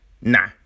nah